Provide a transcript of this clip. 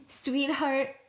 sweetheart